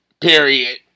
Period